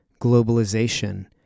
Globalization